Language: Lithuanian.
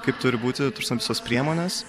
kaip turi būti ten tos visos priemonės